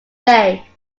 day